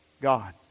God